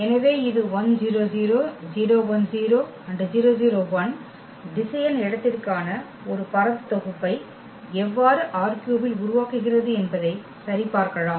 எனவே இது திசையன் இடத்திற்கான ஒரு பரந்த தொகுப்பை எவ்வாறு ℝ3ல் உருவாக்குகிறது என்பதை சரிபார்க்கலாம்